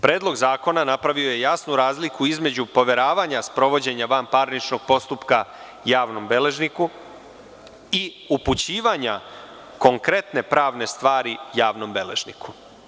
Predlog zakona napravio je jasnu razliku između poveravanja sprovođenja vanparničnog postupka javnom beležniku i upućivanja konkretne pravne stvari javnom beležniku.